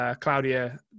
Claudia